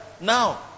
Now